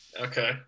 Okay